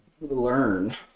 learn